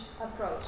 approach